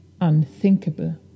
unthinkable